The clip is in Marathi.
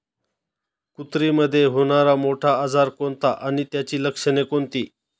कुत्रीमध्ये होणारा मोठा आजार कोणता आणि त्याची लक्षणे कोणती?